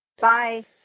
bye